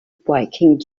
breaking